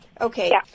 okay